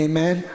Amen